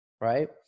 Right